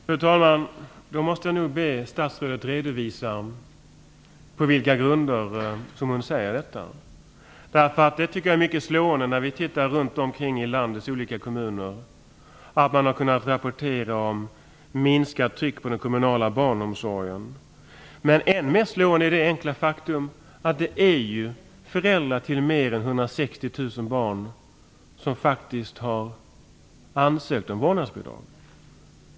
Fru talman! Då måste jag nog be att statsrådet redovisar på vilka grunder som hon påstår detta. Jag tycker att det är mycket slående att landets olika kommuner har kunnat rapportera om ett minskat tryck på den kommunala barnomsorgen. Än mer slående är det enkla faktum att det faktiskt är föräldrar till mer än 160 000 barn som har ansökt om vårdnadsbidrag.